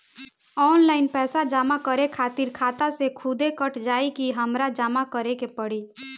Online पैसा जमा करे खातिर खाता से खुदे कट जाई कि हमरा जमा करें के पड़ी?